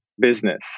business